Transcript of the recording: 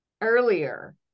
earlier